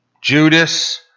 Judas